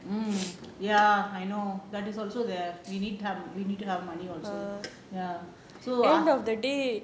mm ya I know that is also the cleaning time we need to have money also ya so